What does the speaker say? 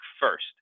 first